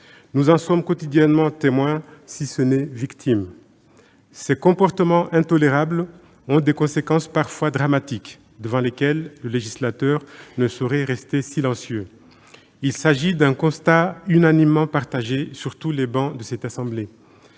Nous en sommes quotidiennement témoins, si ce n'est victimes. Ces comportements intolérables ont des conséquences parfois dramatiques, devant lesquelles le législateur ne saurait rester silencieux. Il s'agit d'un constat unanimement partagé sur toutes les travées de cette assemblée